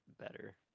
better